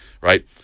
right